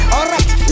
Alright